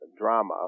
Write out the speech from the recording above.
drama